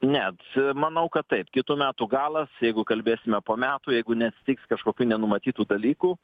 ne manau kad taip kitų metų galas jeigu kalbėsime po metų jeigu neatsitiks kažkokių nenumatytų dalykų